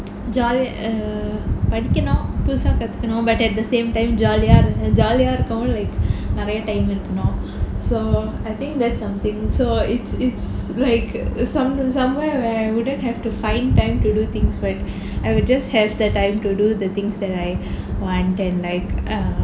jol~ படிக்கனும் புதுசா கத்துக்கனும்:padikkanum puthusaa kathukkanum err but at the same time jolly ah err jolly ah இருக்கனும்னா:irukkanumnaa like நிறய:niraya time இருக்கனும்:irukkanum so I think that's something so it's it's like some somewhere where I wouldn't have to find time to do things where I will just have the time to do the things that I want then like err